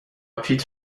پیت